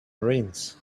ruins